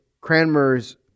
Cranmer's